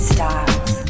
Styles